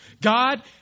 God